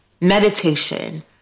meditation